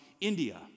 India